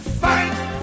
fight